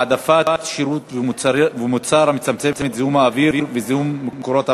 העדפת שירות ומוצר המצמצמים את זיהום האוויר וזיהום מקורות המים),